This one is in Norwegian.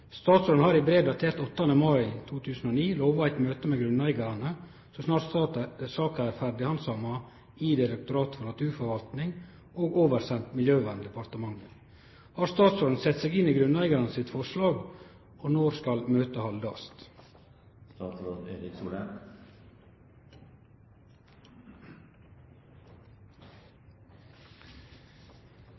Statsråden har i brev datert 8. mai 2009 lova eit møte med grunneigarane så snart saka er ferdighandsama i Direktoratet for naturforvaltning og oversend Miljøverndepartementet. Har statsråden sett seg inn i grunneigarane sitt forslag, og når skal møtet haldast?»